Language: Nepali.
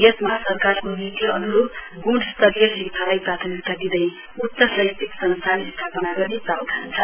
यसमा सरकारको नीति अनुरूप गुणास्तरीय शिक्षालाई प्राथमिकता दिँदै उच्च शैक्षिक संस्थान स्थापना गर्ने प्रावधान छ